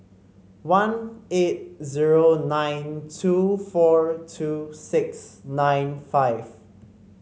one eight zero nine two four two six nine five